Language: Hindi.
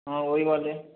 हाँ वही वाले